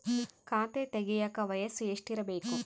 ಖಾತೆ ತೆಗೆಯಕ ವಯಸ್ಸು ಎಷ್ಟಿರಬೇಕು?